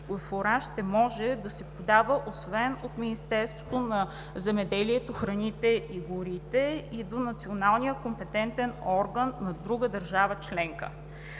като фураж ще може да се подава освен в Министерството на земеделието, храните и горите и до национален компетентен орган на друга държава членка.